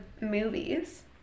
movies